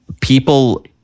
people